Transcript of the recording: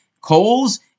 coals